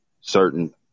Certain